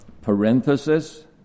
parenthesis